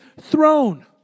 throne